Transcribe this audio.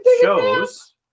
shows